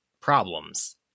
problems